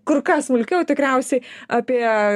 kur kas smulkiau tikriausiai apie